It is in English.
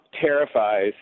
terrifies